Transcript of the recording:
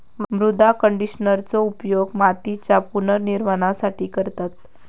मृदा कंडिशनरचो उपयोग मातीच्या पुनर्निर्माणासाठी करतत